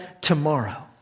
tomorrow